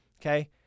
Okay